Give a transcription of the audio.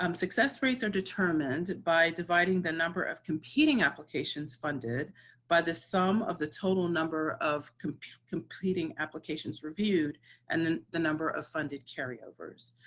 um success rates are determined and by dividing number of competing applications funded by the sum of the total number of competing competing applications reviewed and the the number of funded carry-overs.